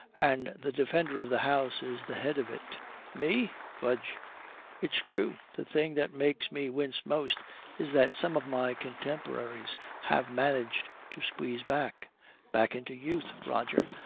and the defender of the house is the head of it me? fudge it's true. the thing that makes me wince most is that some of my contemporaries have managed to squeeze back back into youth, roger,